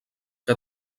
que